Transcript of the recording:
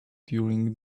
during